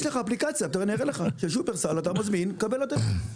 יש לך אפליקציה של שופרסל, אתה מזמין ומקבל לדלת.